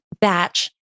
batch